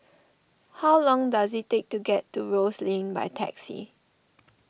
how long does it take to get to Rose Lane by taxi